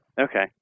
Okay